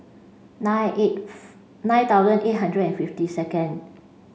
nine eighth nine thousand eight hundred and fifty second